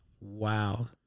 wow